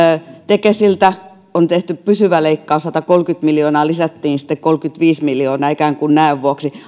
tekesiltä on tehty pysyvä leikkaus satakolmekymmentä miljoonaa lisättiin sitten kolmekymmentäviisi miljoonaa ikään kuin näön vuoksi